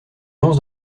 lance